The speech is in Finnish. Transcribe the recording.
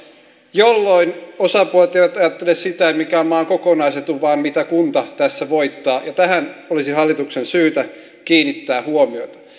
jolloin osapuolet eivät ajattele sitä mikä on maan kokonaisetu vaan mitä kunta tässä voittaa tähän olisi hallituksen syytä kiinnittää huomiota